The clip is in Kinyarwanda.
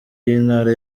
w’intara